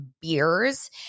beers